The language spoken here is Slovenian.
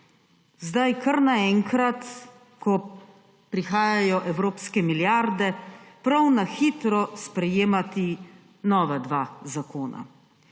zdaj kar naenkrat, ko prihajajo evropske milijarde, prav na hitro sprejemati nova dva zakona.